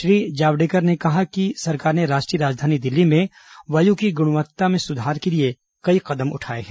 श्री जावड़ेकर ने कहा कि सरकार ने राष्ट्रीय राजधानी दिल्ली में वायु की गुणवत्ता में सुधार के लिए कई कदम उठाए हैं